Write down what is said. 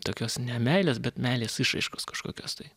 tokios ne meilės bet meilės išraiškos kažkokios tai